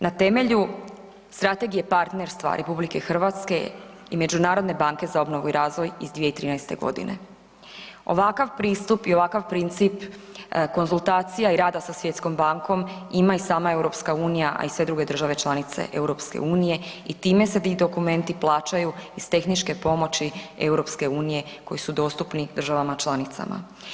Na temelju strategije partnerstva RH i Međunarodne banke za obnovu i razvoj iz 2013. godine ovakav pristup i ovakav princip konzultacija i rada sa Svjetskom bankom ima i sama EU, a i sve druge države članice EU i time se ti dokumenti plaćaju iz tehničke pomoći EU koji su dostupni državama članicama.